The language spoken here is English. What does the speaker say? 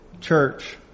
church